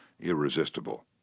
irresistible